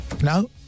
No